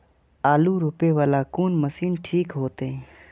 आलू रोपे वाला कोन मशीन ठीक होते?